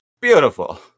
beautiful